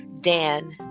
DAN